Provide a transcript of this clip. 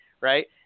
right